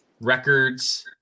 records